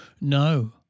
No